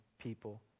people